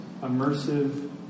immersive